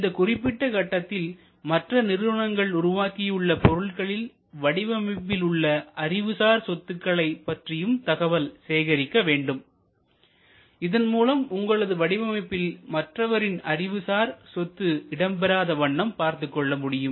இந்த குறிப்பிட்ட கட்டத்தில் மற்ற நிறுவனங்கள் உருவாக்கியுள்ள பொருட்களில் வடிவமைப்பில் உள்ள அறிவுசார் சொத்துக்களை பற்றியும் தகவல் சேகரிக்க வேண்டும் இதன்மூலம் உங்களது வடிவமைப்பில் மற்றவரின் அறிவுசார் சொத்து இடம்பெறாத வண்ணம் பார்த்துக்கொள்ள முடியும்